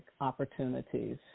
opportunities